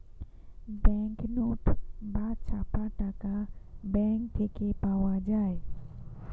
bank note বা ছাপা টাকা ব্যাঙ্ক থেকে পাওয়া যায়